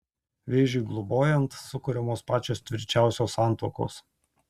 vėžiui globojant sukuriamos pačios tvirčiausios santuokos